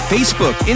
Facebook